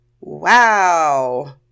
Wow